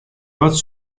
wat